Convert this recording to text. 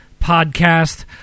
podcast